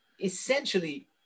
Essentially